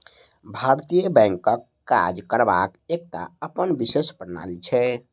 भारतीय बैंकक काज करबाक एकटा अपन विशेष प्रणाली छै